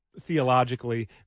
Theologically